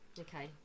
Okay